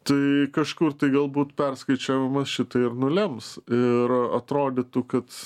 tai kažkur tai galbūt perskaičiavimas šitai ir nulems ir atrodytų kad